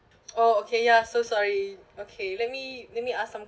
oh okay ya so sorry okay let me let me ask some